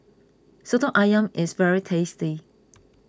Soto Ayam is very tasty